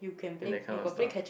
and that kind of stuff